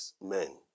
men